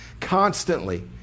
constantly